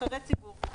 כנבחרי ציבור,